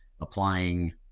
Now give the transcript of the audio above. applying